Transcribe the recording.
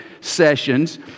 sessions